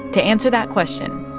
to answer that question,